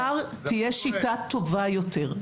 מחר תהיה שיטה טובה יותר,